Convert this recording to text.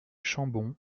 chambon